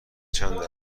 چند